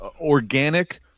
organic